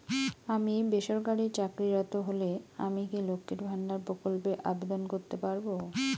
আমি বেসরকারি চাকরিরত হলে আমি কি লক্ষীর ভান্ডার প্রকল্পে আবেদন করতে পারব?